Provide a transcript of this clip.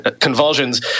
convulsions